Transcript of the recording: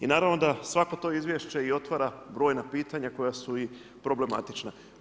I naravno da svako to izvješće i otvara brojna pitanja koja su i problematična.